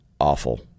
awful